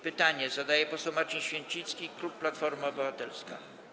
Pytanie zadaje poseł Marcin Święcicki, klub Platforma Obywatelska.